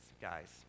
guys